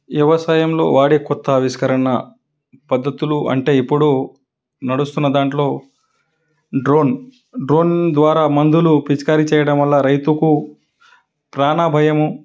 వ్యవసాయంలో వాడే కొత్త ఆవిష్కరణ పద్దతులు అంటే ఇప్పుడు నడుస్తున్న దాంట్లో డ్రోన్ డ్రోన్ ద్వారా మందులు పిచికారీ చేయడం వల్ల రైతుకు ప్రాణ భయము